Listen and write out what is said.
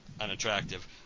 unattractive